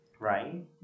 Right